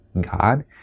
God